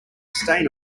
stain